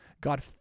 God